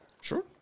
Sure